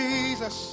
Jesus